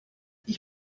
ich